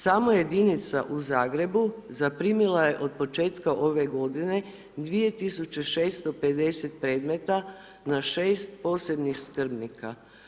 Samo jedinica u Zagrebu, zaprimila je od početka ove g. 2650 predmeta na 6 posebnih skrbnika.